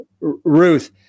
Ruth